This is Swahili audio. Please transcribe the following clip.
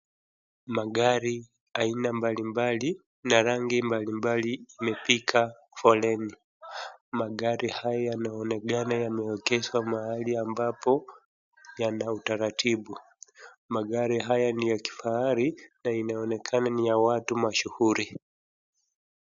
Magari aina mbalimbali na rangi mbalimbali imepiga foleni. Magari haya yanaonekana yameegeshwa mahali ambapo yana utaratibu. Magari haya ni ya kifahari na inaonekana ni ya watu mashuhuri.